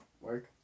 Work